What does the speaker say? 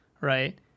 right